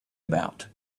about